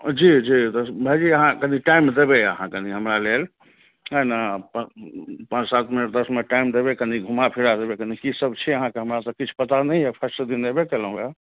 जी जी भायजी अहाँ कनि टाइम देबय अहाँ कनि हमरा लेल हे नहि पाँच सात मिनट दस मिनट टाइम देबय कनि घुमा फिरा देबय कनि की सब छै अहाँके हमरा से किछु पता नहि यऽ फर्स्ट दिन एबे कयलहुँ हँ